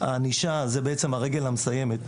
הענישה זה בעצם הרגל המסיימת.